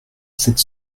sept